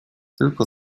tylko